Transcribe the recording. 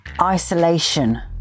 isolation